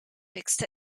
mixed